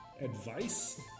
advice